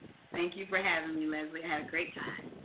thank you for having me, leslie. i had a great time.